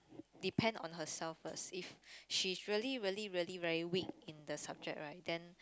depend on herself first if she's really really really very weak in the subject right then